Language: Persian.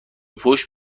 پشت